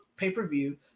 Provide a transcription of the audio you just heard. Pay-per-view